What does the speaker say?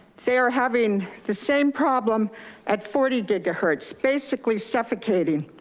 they're having the same problem at forty gigahertz, basically suffocating.